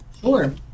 Sure